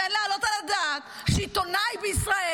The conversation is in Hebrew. ואין להעלות על הדעת שעיתונאי בישראל,